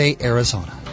Arizona